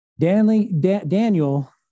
Daniel